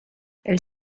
elle